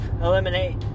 eliminate